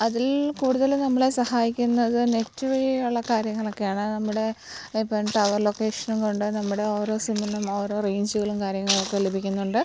അതിൽ കൂടുതലും നമ്മളെ സഹായിക്കുന്നത് നെറ്റ് വഴിയുള്ള കാര്യങ്ങളൊക്കെയാണ് നമ്മുടെ ഇപ്പോള് ടവർ ലൊക്കേഷനും കൊണ്ട് നമ്മുടെ ഓരോ സിമ്മിനും ഓരോ റേയ്ഞ്ചുകളും കാര്യങ്ങളൊക്കെ ലഭിക്കുന്നുണ്ട്